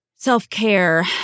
Self-care